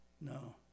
No